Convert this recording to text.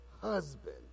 husband